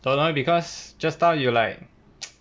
no lor because just now you like